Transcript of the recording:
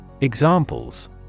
Examples